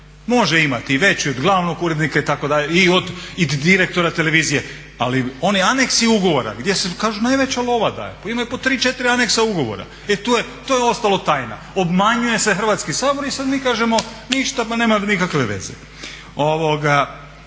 Može imati i veću i od glavnog urednika itd. i od direktora televizije, ali oni aneksi ugovora gdje se kažu najveća lova daje, imaju po tri, četiri aneksa ugovora, e to je ostalo tajna. Obmanjuje se Hrvatski sabor i sad mi kažemo ništa, ma nema nikakve veze.